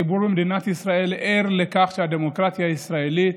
הציבור במדינת ישראל ער לכך שהדמוקרטיה הישראלית,